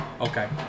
Okay